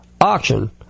auction